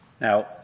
Now